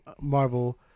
Marvel